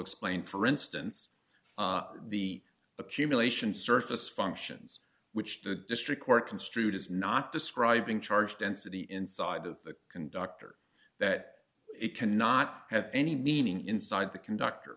explain for instance the accumulation surface functions which the district court construed as not describing charge density inside of the conductor that it cannot have any meaning inside the conductor